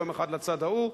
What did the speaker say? ויום אחד לצד ההוא.